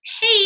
hey